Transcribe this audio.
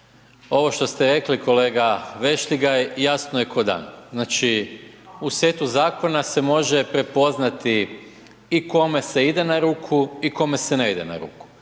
ovo što ste rekli kolega Vešligaj jasno je ko dan. Znači u setu zakona se može prepoznati i kome se ide na ruku i kome se ne ide na ruku.